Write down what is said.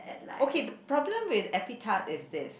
okay the problem with epitaph is this